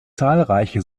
zahlreiche